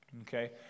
okay